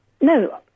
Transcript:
No